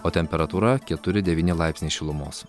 o temperatūra keturi devyni laipsniai šilumos